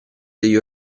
degli